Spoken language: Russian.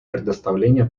предоставления